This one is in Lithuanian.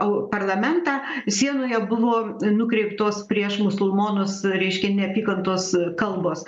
eu parlamentą sienoje buvo nukreiptos prieš musulmonus reiškia neapykantos kalbos